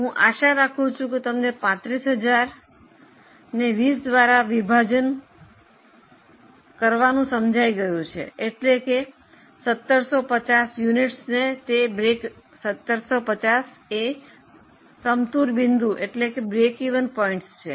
હું આશા રાખું છું કે તમને 35000 ને 20 દ્વારા વિભાજિત સમઝાઈ ગયું છે એટલે કે 1750 એકમો તે સમતૂર બિંદુની છે